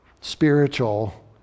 spiritual